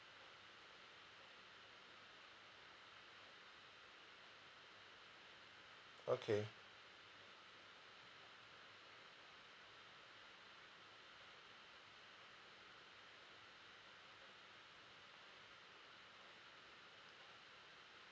okay